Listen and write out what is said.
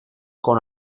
con